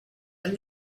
and